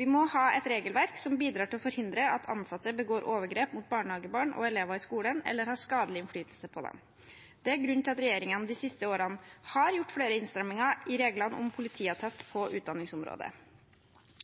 Vi må ha et regelverk som bidrar til å forhindre at ansatte begår overgrep mot barnehagebarn og elever i skolen, eller har skadelig innflytelse på dem. Det er grunnen til at regjeringen de siste årene har gjort flere innstramminger i reglene om politiattest på utdanningsområdet.